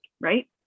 right